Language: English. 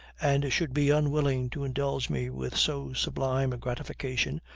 and should be unwilling to indulge me with so sublime a gratification,